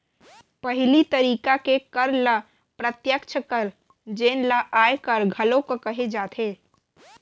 पहिली तरिका के कर ल प्रत्यक्छ कर जेन ल आयकर घलोक कहे जाथे